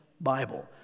Bible